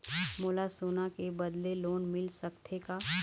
मोला सोना के बदले लोन मिल सकथे का?